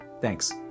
Thanks